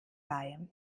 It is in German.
bei